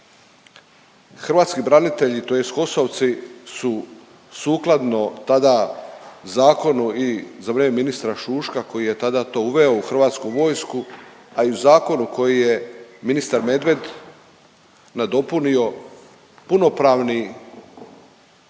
Hrvatski branitelji, tj. HOS-ovci su sukladno tada zakonu i za vrijeme ministra Šuška koji je tada to uveo u Hrvatsku vojsku a i u zakonu koji je ministar Medved nadopunio punopravni